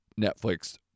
Netflix